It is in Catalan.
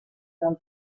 del